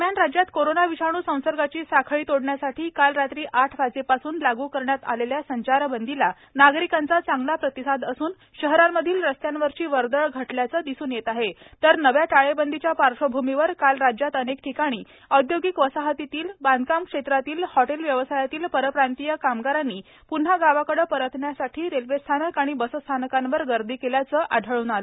दरम्यान राज्यात कोरोना विषाणू संसर्गाची साखळी तोडण्यासाठी काल रात्री आठ वाजेपासून लाग करण्यात आलेल्या संचारबंदीला नागरिकांचा चांगला प्रतिसाद असून शहरांमधील रस्त्यांवरची वर्दळ घटल्याचं दिसून येत आहे तर नव्या टाळेबंदीच्या पार्श्वभूमीवर काल राज्यात अनेक ठिकाणी औद्योगिक वसाहतीतील बांधकाम क्षेत्रातीलतील हॉटेल व्यवसायातील परप्रांतीय कामगारांनी प्न्हा गावाकडे परतण्यासाठी रेल्वे स्थानक तसंच बसस्थानकांवर गर्दी केल्याचं आढळ्न आलं